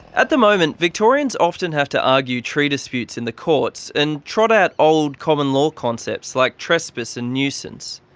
at the moment, victorians often have to argue tree disputes in the courts and trot out old common law concepts like trespass and nuisance.